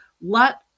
let